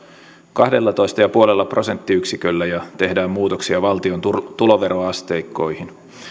kahdellatoista pilkku viidellä prosenttiyksiköllä ja tehdään muutoksia valtion tuloveroasteikkoihin